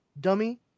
dummy